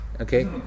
okay